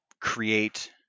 create